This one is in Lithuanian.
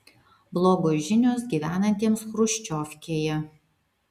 blogos žinios gyvenantiems chruščiovkėje